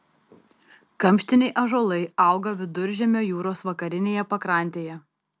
kamštiniai ąžuolai auga viduržemio jūros vakarinėje pakrantėje